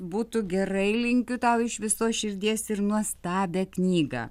būtų gerai linkiu tau iš visos širdies ir nuostabią knygą